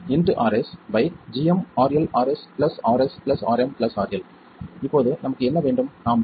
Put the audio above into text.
இப்போது நமக்கு என்ன வேண்டும் நாம் விரும்புவது Rm